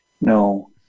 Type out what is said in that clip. No